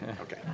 Okay